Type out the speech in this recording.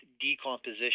decomposition